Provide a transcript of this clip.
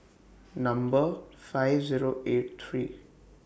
Number five Zero eight three